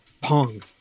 Pong